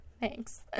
Thanks